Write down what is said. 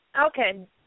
Okay